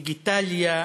עם דיגיטליה,